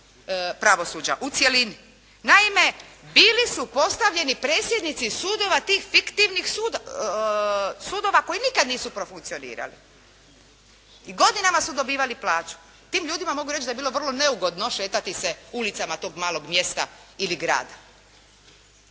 pravosuđa u cjelini. Naime, bili su postavljeni predsjednici sudova, tih fiktivnih sudova koji nikad nisu profunkcionirali. I godinama su dobivali plaću. Tim ljudima mogu reći da je bilo vrlo neugodno šetati se ulicama tog malog mjesta ili grada.